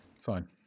fine